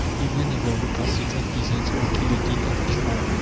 even if the recalcitrant peasants are guillotined as before.